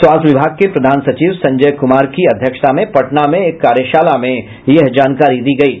स्वास्थ्य विभाग के प्रधान सचिव संजय कुमार की अध्यक्षता में पटना में एक कार्यशाला में यह जानकारी दी गयी